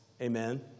Amen